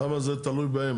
למה זה תלוי בהם?